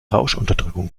rauschunterdrückung